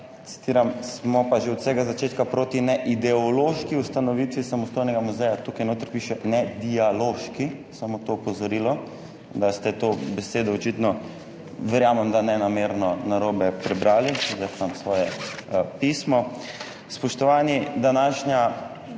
citiram: »Smo pa že od vsega začetka proti neideološki ustanovitvi samostojnega muzeja.« Tukaj notri piše »nedialoški«. Samo to opozorilo, da ste to besedo očitno, verjamem, da ne namerno, narobe prebrali, tudi jaz imam svoje pismo / pokaže zboru/. Spoštovani, današnja